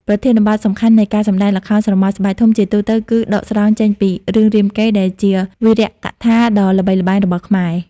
ប្រធានបទសំខាន់នៃការសម្តែងល្ខោនស្រមោលស្បែកធំ ជាទូទៅគឺដកស្រង់ចេញពី រឿងរាមកេរ្តិ៍ ដែលជាវីរកថាដ៏ល្បីល្បាញរបស់ខ្មែរ។